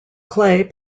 clay